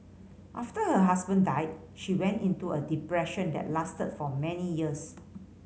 after her husband died she went into a depression that lasted for many years